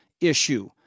issue